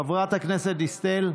חברת הכנסת דיסטל,